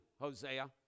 Hosea